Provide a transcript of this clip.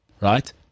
Right